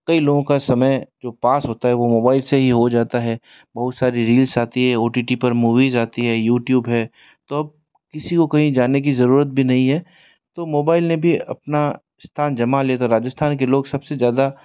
कई लोगों का समय जो पास होता है वो मोबाइल से ही हो जाता है बहुत सारी रील्स आती है ओ टी टी पर मूवीस आती है यूट्यूब है तो अब किसी को कहीं जाने की ज़रूरत भी नहीं है तो मोबाइल ने भी अपना स्थान जमा लिया तो राजस्थान के लोग सब से ज़्यादा